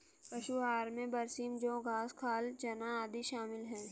पशु आहार में बरसीम जौं घास खाल चना आदि शामिल है